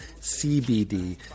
CBD